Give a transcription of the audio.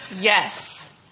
Yes